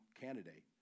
candidate